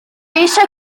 eisiau